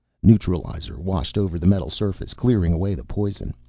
neutralizer washed over the metal surface, clearing away the poison.